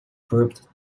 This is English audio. grouped